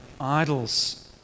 idols